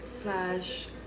slash